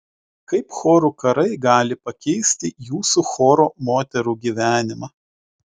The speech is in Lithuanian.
kaip chorų karai gali pakeisti jūsų choro moterų gyvenimą